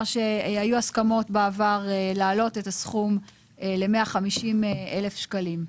שהיו הסכמות בעבר להעלות את הסכום ל-150,000 שקלים.